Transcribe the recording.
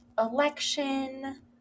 election